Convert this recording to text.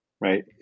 right